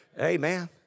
Amen